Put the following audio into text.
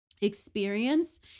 experience